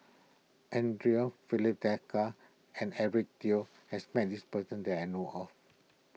andre Filipe Desker and Eric Teo has met this person that I know of